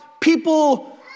people